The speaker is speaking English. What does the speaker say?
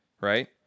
right